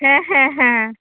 ᱦᱮᱸ ᱦᱮᱸ ᱦᱮᱸ